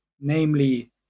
namely